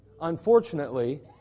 unfortunately